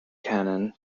canon